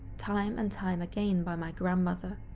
time and time again, by my grandmother.